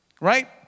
Right